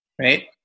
right